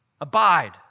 Abide